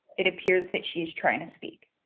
it appears that she's trying to speak.